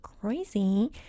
crazy